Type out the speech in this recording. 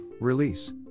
Release